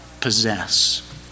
possess